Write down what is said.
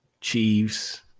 Chiefs